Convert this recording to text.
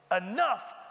enough